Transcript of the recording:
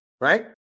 Right